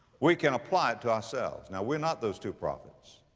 we can apply it to ourselves. now we're not those two prophets,